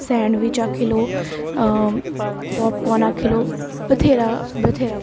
sandwich आक्खी लैओ popcorn आक्खी लैओ बथ्हेरा बथ्हेरा कुछ